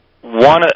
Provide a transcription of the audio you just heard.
one